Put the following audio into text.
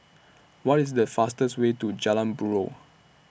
What IS The fastest Way to Jalan Buroh